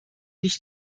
nicht